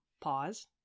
pause